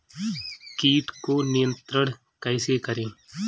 कीट को नियंत्रण कैसे करें?